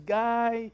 guy